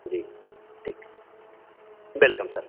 जी ठीक welcome sir